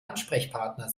ansprechpartner